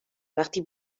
وقتی